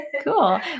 Cool